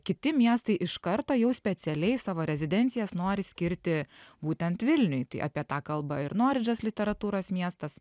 kiti miestai iš karto jau specialiai savo rezidencijas nori skirti būtent vilniuj apie tą kalba ir noridžas literatūros miestas